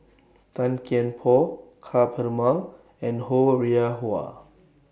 Tan Kian Por Ka Perumal and Ho Rih Hwa